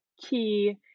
key